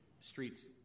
streets